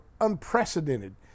unprecedented